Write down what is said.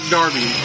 Darby